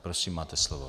Prosím, máte slovo.